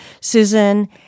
Susan